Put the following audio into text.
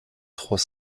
trois